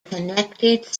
connected